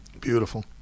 Beautiful